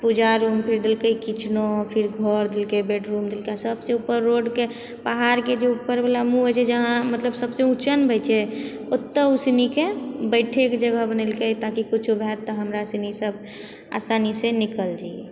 पूजा room फेर देलकै किचनो फेर घर देलकै बेडरूम देलकै सबसँ ऊपर रोडके पहाड़के जे ऊपरवला मुँह होइ छै जहाँ मतलब सबसँ ऊँचा ने होइ छै ओतऽ ऊसनीके बैठैके जगह बनेलकै ताकि किछु हैत तऽ हमरासे निचाँ आसानीसँ निकलि जाइए